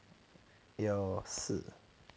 有是